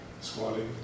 Squatting